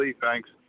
thanks